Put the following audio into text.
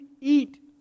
eat